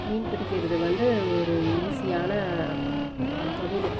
மீன் பிடிக்கிறது வந்து ஒரு ஈஸியான தொழில்